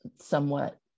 somewhat